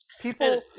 people